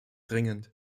dringend